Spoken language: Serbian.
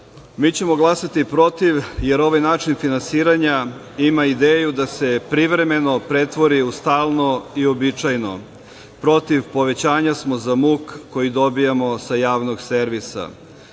ćemo glasati protiv, jer ovaj način finansiranja ima ideju da se privremeno pretvori u stalno i uobičajeno. Protiv povećanja smo za muk koji dobijamo sa javnog servisa.